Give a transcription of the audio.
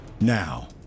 Now